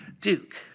Duke